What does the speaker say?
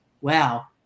wow